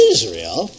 Israel